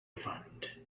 fund